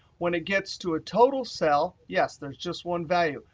when it gets to a total cell, yes, there's just one value.